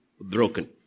broken